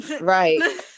right